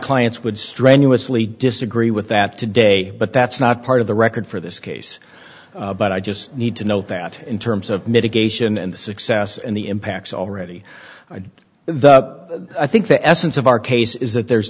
clients would strenuously disagree with that today but that's not part of the record for this case but i just need to note that in terms of mitigation and the success and the impacts already had the i think the essence of our case is that there's